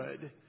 good